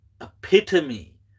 epitome